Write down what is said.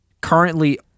Currently